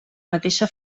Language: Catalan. mateixa